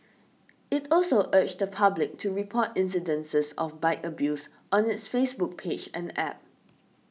it also urged the public to report incidents of bike abuse on its Facebook page and App